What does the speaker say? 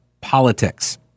politics